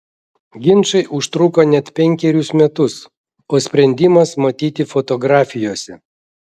ginčai užtruko net penkerius metus o sprendimas matyti fotografijose